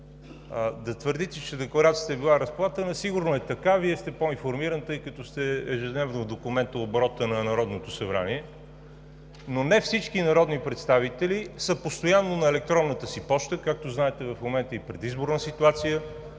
Да, твърдите, че Декларацията е била разпратена, сигурно е така, Вие сте по-информиран, тъй като сте ежедневно в документооборота на Народното събрание, но не всички народни представители са постоянно на електронната си поща. Както знаете, в момента е и предизборна ситуация